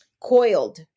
Coiled